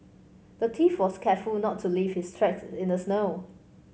the thief was careful not to leave his tracks in the snow